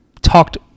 talked